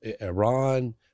Iran